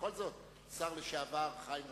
בכל זאת, השר לשעבר חיים רמון,